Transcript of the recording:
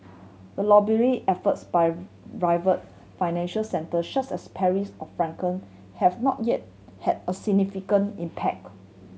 the lobbying efforts by rival financial centre such as Paris or Frankfurt have not yet had a significant impact